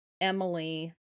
Emily